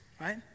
right